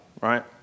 right